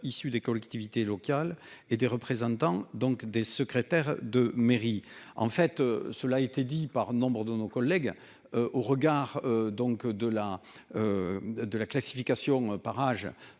issus des collectivités locales et des représentants donc des secrétaires de mairie. En fait, cela a été dit par nombre de nos collègues au regard donc de la. De la classification par âge